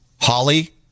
Holly